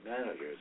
managers